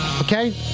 okay